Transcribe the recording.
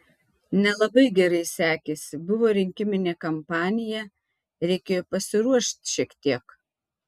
nelabai gerai sekėsi buvo rinkiminė kampanija reikėjo pasiruošt šiek tiek